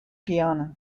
guiana